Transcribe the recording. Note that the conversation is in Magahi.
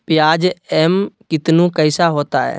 प्याज एम कितनु कैसा होता है?